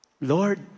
Lord